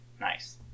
nice